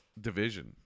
division